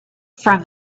from